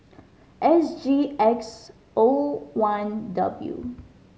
S G X O one W